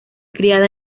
criada